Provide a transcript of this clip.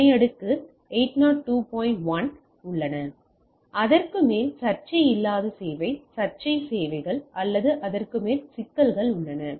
1 உள்ளன அதற்கு மேல் சர்ச்சை இல்லாத சேவை சர்ச்சை சேவைகள் மற்றும் அதற்கு மேல் சிக்கல்கள் உள்ளன